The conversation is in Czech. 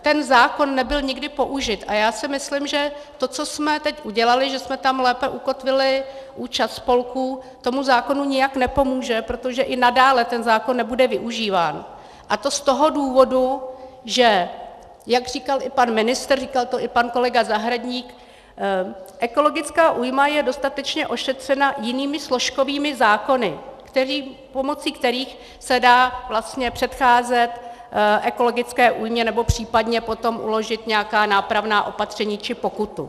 Ten zákon nebyl nikdy použit a já si myslím, že to, co jsme teď udělali, že jsme tam lépe ukotvili účast spolků, tomu zákonu nijak nepomůže, protože i nadále ten zákon nebude využíván, a to z toho důvodu, jak říkal i pan ministr, říkal to i pan kolega Zahradník, že ekologická újma je dostatečně ošetřena jinými složkovými zákony, pomocí kterých se dá předcházet ekologické újmě, nebo případně potom uložit nějaká nápravná opatření či pokutu.